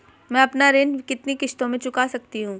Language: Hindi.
मैं अपना ऋण कितनी किश्तों में चुका सकती हूँ?